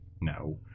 No